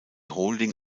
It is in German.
holding